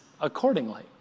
accordingly